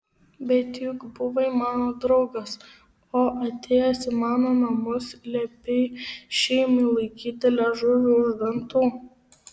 bet juk buvai mano draugas o atėjęs į mano namus liepei šeimai laikyti liežuvį už dantų